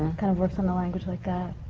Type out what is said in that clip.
kind of works on the language like ah